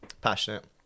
Passionate